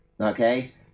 okay